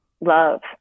love